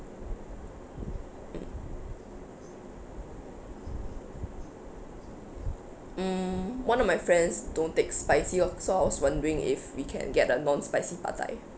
mm mm one of my friends don't take spicy oh so I was wondering if we can get a non-spicy pad thai